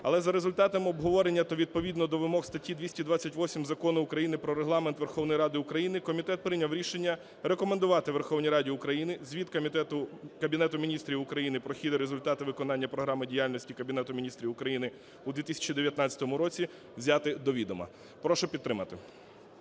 Але за результатами обговорення, то відповідно до вимог статті 228 Закону України "Про Регламент Верховної Ради України" комітет прийняв рішення рекомендувати Верховній Раді України Звіт Кабінету Міністрів України про хід і результати виконання Програми діяльності Кабінету Міністрів України в 2019 році взяти до відома. Прошу підтримати.